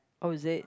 oh is it